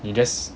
you just